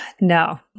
no